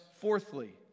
fourthly